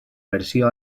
versió